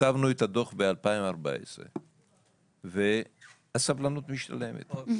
כתבנו את הדוח ב-2014 והסבלנות משתלמת.